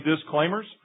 disclaimers